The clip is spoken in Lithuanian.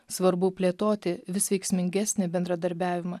svarbu plėtoti vis veiksmingesnį bendradarbiavimą